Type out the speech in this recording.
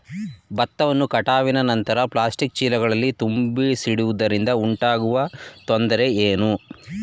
ಭತ್ತವನ್ನು ಕಟಾವಿನ ನಂತರ ಪ್ಲಾಸ್ಟಿಕ್ ಚೀಲಗಳಲ್ಲಿ ತುಂಬಿಸಿಡುವುದರಿಂದ ಉಂಟಾಗುವ ತೊಂದರೆ ಏನು?